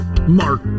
Mark